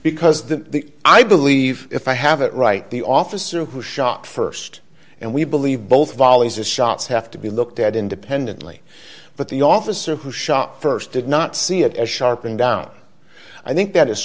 because the i believe if i have it right the officer who shot st and we believe both volleys the shots have to be looked at independently but the officer who shot st did not see it as sharp and down i think that